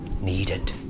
needed